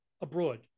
abroad